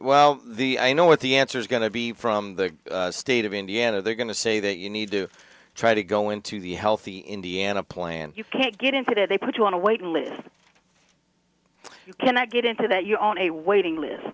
well i know what the answer is going to be from the state of indiana or they're going to say that you need to try to go into the healthy indiana plan you can't get in today they put you on a waiting list you cannot get into that you're on a waiting list